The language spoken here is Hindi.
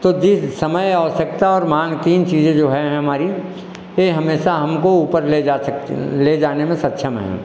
तो जिस समय आवश्यकता और माँग तीन चीज़ें जो हैं हमारी ए हमेशा हमको ऊपर ले जा सकती ले जाने में सक्षम हैं